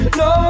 no